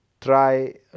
Try